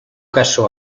kasu